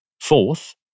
Fourth